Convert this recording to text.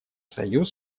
союз